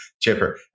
Chipper